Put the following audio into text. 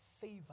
favor